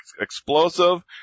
explosive